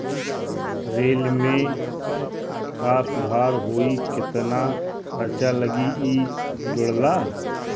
rail में का सुधार होई केतना खर्चा लगी इ जोड़ला